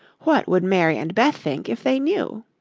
what would mary and beth think if they knew?